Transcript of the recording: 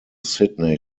sydney